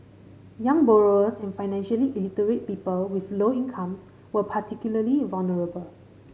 young borrowers and financially illiterate people with low incomes were particularly vulnerable